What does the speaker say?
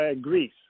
Greece